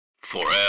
Forever